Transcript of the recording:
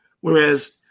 whereas